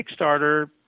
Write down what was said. Kickstarter